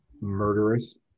murderous